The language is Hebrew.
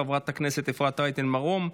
חברת הכנסת אפרת רייטן מרום,